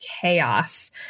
chaos